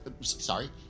Sorry